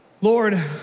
Lord